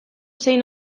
zein